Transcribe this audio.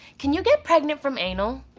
can you get pregnant from anal?